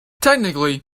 technically